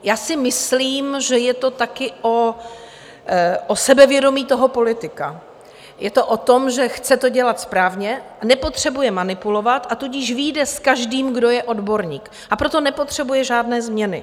Já si myslím, že je to taky o sebevědomí toho politika, je to o tom, že to chce dělat správně, nepotřebuje manipulovat, a tudíž vyjde s každým, kdo je odborník, a proto nepotřebuje žádné změny.